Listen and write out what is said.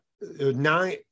nine